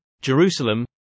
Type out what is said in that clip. Jerusalem